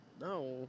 No